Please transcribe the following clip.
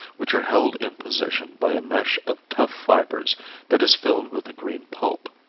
which are held in position by a mesh of tough fibers that is filled with a green pulp.